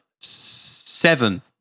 Seven